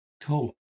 Cool